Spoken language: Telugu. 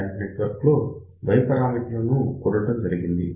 షంట్ నెట్వర్క్ లో Y పరామితులు ను కూడటం జరుగుతుంది